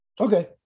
Okay